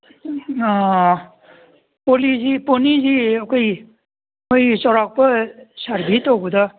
ꯄꯣꯅꯤꯁꯤ ꯑꯩꯈꯣꯏ ꯑꯩꯈꯣꯏꯒꯤ ꯆꯧꯔꯥꯛꯄ ꯁꯔꯕꯦ ꯇꯧꯕꯗ